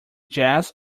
jazz